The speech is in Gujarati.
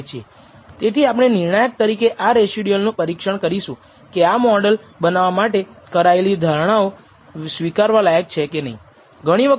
હવે આપણે n n અથવા n 1 ને બદલે n 2 વડે કેમ વિભાજીત કરીએ